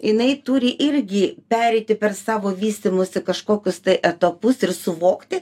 jinai turi irgi pereiti per savo vystymosi kažkokius tai etapus ir suvokti